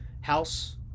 House